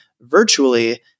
virtually